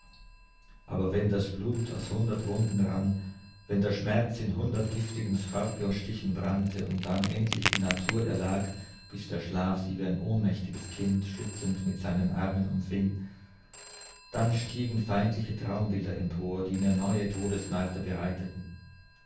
aber wenn das blut aus hundert wunden rann wenn der schmerz in hundert giftigen skorpionstichen brannte und dann endlich die natur erlag bis der schlaf sie wie ein ohnmächtiges kind schützend mit seinen armen umfing dann stiegen feindliche traumbilder empor die mir neue todesmarter bereiteten